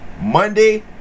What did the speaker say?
Monday